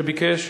שביקש.